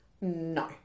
No